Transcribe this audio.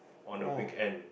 on a weekend